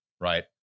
Right